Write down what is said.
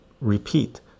repeat